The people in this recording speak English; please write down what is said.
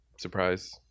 Surprise